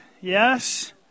Yes